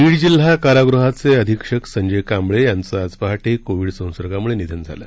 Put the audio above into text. बीड जिल्हा कारागृहाचे अधीक्षक संजय कांबळे यांचं आज पहाटे कोविड संसर्गामुळे निधन झालं